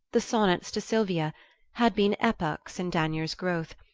the sonnets to silvia had been epochs in danyers's growth,